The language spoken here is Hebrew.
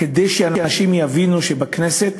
כדי שאנשים יבינו שבכנסת